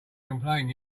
complain